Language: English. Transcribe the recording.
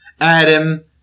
Adam